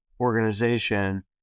organization